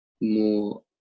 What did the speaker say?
more